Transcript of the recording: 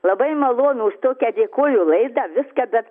labai malonu už tokią dėkoju laidą viską bet